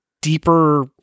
Deeper